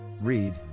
Read